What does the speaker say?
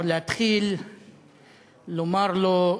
אבל להתחיל לומר לו: